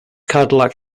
cadillac